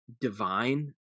divine